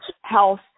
health